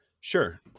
Sure